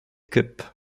cup